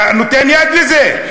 אתה נותן יד לזה.